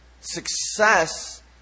success